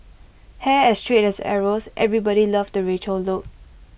hair as straight as arrows everybody loved the Rachel look